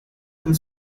kill